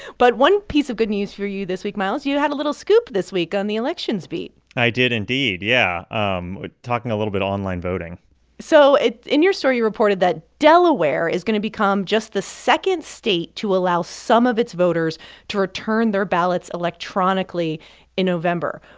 but one piece of good news for you this week, miles you had a little scoop this week on the elections beat i did, indeed. yeah um ah talking a little bit on online voting so in your story, you reported that delaware is going to become just the second state to allow some of its voters to return their ballots electronically in november.